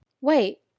Wait